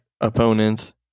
opponent